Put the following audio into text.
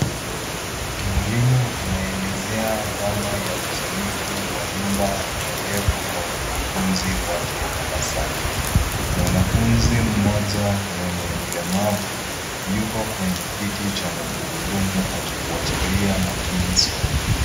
Mwalimu anaelezea dhana ya usanifu wa nyumba endelevu kwa wanafunzi wake darasani. Mwanafunzi mmoja mwenye ulemavu yuko kwenye kiti cha magurudumu akifuatilia makini somo.